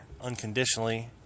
unconditionally